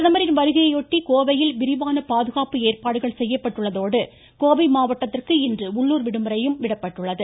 பிரதமரின் வருகையையொட்டி கோவையில் விரிவான பாதுகாப்பு ஏற்பாடுகள் செய்யப்பட்டுள்ளதோடு கோவை மாவட்டத்திற்கு இன்று உள்ளுர் விடுமுறையும் விடப்பட்டுள்ளது